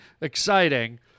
exciting